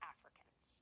Africans